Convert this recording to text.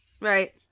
Right